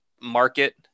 market